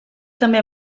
també